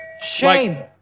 Shame